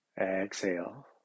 Exhale